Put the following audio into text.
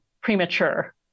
premature